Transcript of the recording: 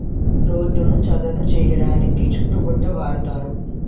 రోడ్డును చదును చేయడానికి చోటు గొడ్డ వాడుతారు